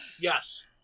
Yes